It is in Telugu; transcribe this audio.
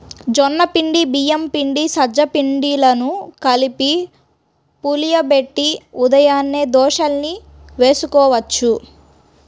జొన్న పిండి, బియ్యం పిండి, సజ్జ పిండిలను కలిపి పులియబెట్టి ఉదయాన్నే దోశల్ని వేసుకోవచ్చు